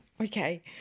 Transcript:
Okay